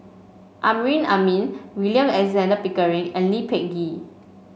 Amrin Amin William Alexander Pickering and Lee Peh Gee